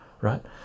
right